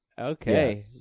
Okay